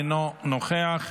אינו נוכח,